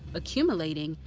accumulating,